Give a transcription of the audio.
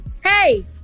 hey